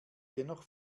dennoch